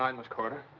um miss corder.